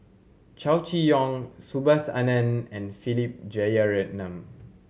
Chow Chee Yong Subhas Anandan and Philip Jeyaretnam